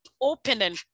opening